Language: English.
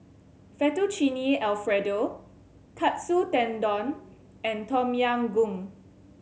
Fettuccine Alfredo Katsu Tendon and Tom Yam Goong